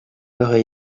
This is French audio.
aurait